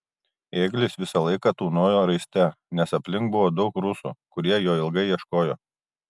ėglis visą laiką tūnojo raiste nes aplink buvo daug rusų kurie jo ilgai ieškojo